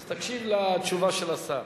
אז תקשיב לתשובה של השר.